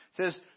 says